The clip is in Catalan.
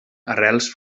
arrels